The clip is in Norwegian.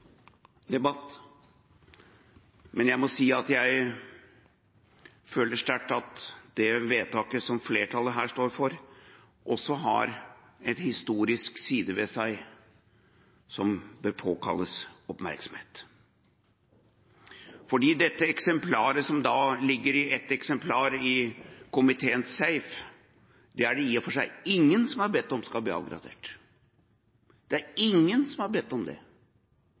Men jeg må si at jeg føler sterkt at det vedtaket som flertallet her står for, også har en historisk side ved seg som bør påkalle oppmerksomhet. For dette eksemplaret, som ligger i ett eksemplar i komiteens safe, er det i og for seg ingen som har bedt om skal bli avgradert. Det er ingen som har bedt om det.